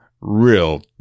real